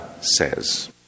says